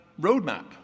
roadmap